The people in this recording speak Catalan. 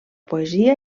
poesia